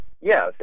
Yes